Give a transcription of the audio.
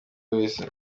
wese